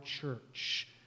church